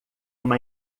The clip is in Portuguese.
uma